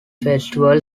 festival